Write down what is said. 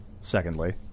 secondly